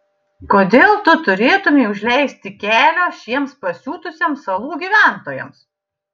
kodėl tu turėtumei užleisti kelio šiems pasiutusiems salų gyventojams